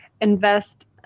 invest